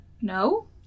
No